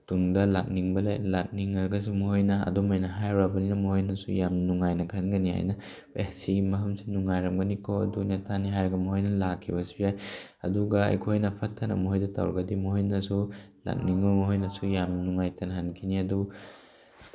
ꯇꯨꯡꯗ ꯂꯥꯛꯅꯤꯡꯕ ꯂꯥꯛꯅꯤꯡꯉꯒꯁꯨ ꯃꯈꯣꯏꯅ ꯑꯗꯨꯝ ꯍꯥꯏꯔꯨꯔꯕꯅꯤꯅ ꯃꯣꯏꯅꯁꯨ ꯌꯥꯝ ꯅꯨꯡꯉꯥꯏꯅ ꯈꯟꯒꯅꯤ ꯍꯥꯏꯅ ꯑꯦ ꯁꯤ ꯃꯐꯝꯁꯦ ꯅꯨꯡꯉꯥꯏꯔꯝꯒꯅꯤꯀꯣ ꯑꯗꯨꯅꯤ ꯑꯗꯥꯅꯤ ꯍꯥꯏꯔꯒ ꯃꯈꯣꯏꯅ ꯂꯥꯛꯈꯤꯕꯁꯨ ꯌꯥꯏ ꯑꯗꯨꯒ ꯑꯩꯈꯣꯏꯅ ꯐꯠꯇꯅ ꯃꯈꯣꯏꯗ ꯇꯧꯔꯒꯗꯤ ꯃꯈꯣꯏꯅꯁꯨ ꯂꯥꯛꯅꯤꯡꯉꯣꯏ ꯃꯈꯣꯏꯅꯁꯨ ꯌꯥꯝꯅ ꯅꯨꯡꯉꯥꯏꯇꯅ ꯍꯟꯈꯤꯅꯤ ꯑꯗꯨ